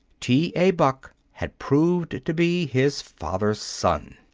t. a. buck had proved to be his father's son.